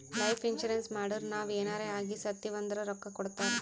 life insurance ಮಾಡುರ್ ನಾವ್ ಎನಾರೇ ಆಗಿ ಸತ್ತಿವ್ ಅಂದುರ್ ರೊಕ್ಕಾ ಕೊಡ್ತಾರ್